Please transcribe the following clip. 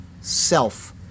self